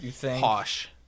Posh